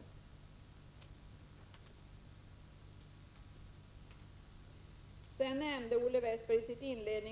I sitt inledningsanförande nämnde Olle Westberg —